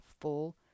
full